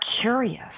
curious